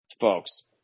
Folks